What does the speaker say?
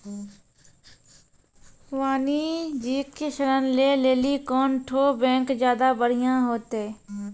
वाणिज्यिक ऋण लै लेली कोन ठो बैंक ज्यादा बढ़िया होतै?